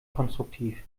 konstruktiv